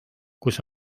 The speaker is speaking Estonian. kus